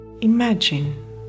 imagine